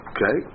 Okay